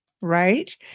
right